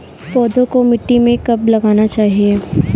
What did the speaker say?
पौधों को मिट्टी में कब लगाना चाहिए?